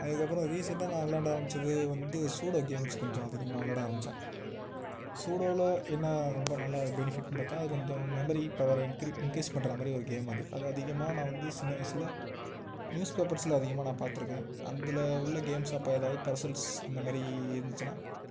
அதுக்கப்புறம் ரீசன்ட்டா நான் விளாண்ட ஆரம்பிச்சது வந்து சூடோ கேம்ஸு கொஞ்சம் அதிகமாக விளாட ஆரம்பிச்சேன் சூடோவில் என்ன ரொம்ப நல்லா பெனிஃபிட்னு பார்த்தா அது கொஞ்சம் மெமரி பவரை இன்க்ரீ இன்க்ரீஸ் பண்ணுற மாதிரி ஒரு கேம் அது அதை அதிகமாக நான் வந்து சின்ன வயதில் நியூஸ் பேப்பர்ஸில் அதிகமா நான் பார்த்துருக்கேன் அல உள்ள கேம்ஸ் அப்போ அதாவது பஸுல்ஸ் அந்த மாதிரி இருந்துச்சுன்னா